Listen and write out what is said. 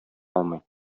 алмый